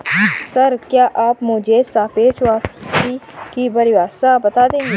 Sir, क्या आप मुझे सापेक्ष वापसी की परिभाषा बता देंगे?